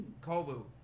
Kobu